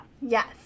Yes